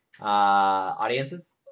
audiences